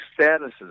statuses